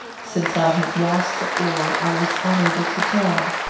since i had lost the oar, i was unable to tell.